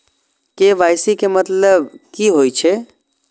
KYC के मतलब कि होई छै?